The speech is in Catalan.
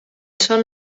són